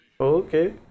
okay